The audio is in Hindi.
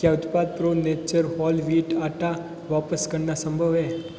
क्या उत्पाद प्रो नेचर होल वीट आटा वापस करना संभव है